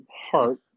heart